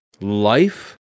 life